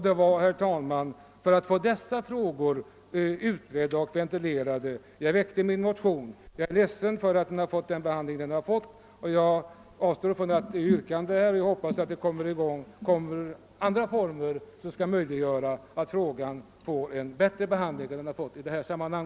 Det var, herr talman, för att få dessa frågor utredda och ventilerade som jag väckte min motion, och jag är ledsen över den behandling den fått. Jag avstår emellertid från yrkande och hoppas att frågan i andra former skall få en bättre behandling än den fått i detta sammanhang.